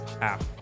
app